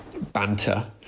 banter